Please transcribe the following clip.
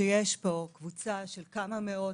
שיש פה קבוצה של כמה מאות,